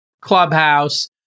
Clubhouse